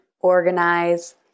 organize